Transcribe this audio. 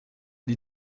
die